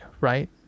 right